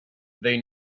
they